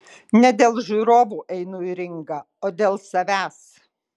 ne dėl žiūrovų einu į ringą o dėl savęs